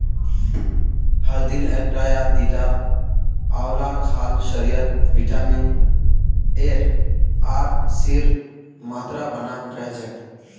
हर दिन एकटा या दिता आंवला खाल शरीरत विटामिन एर आर सीर मात्रा बनाल रह छेक